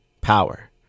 power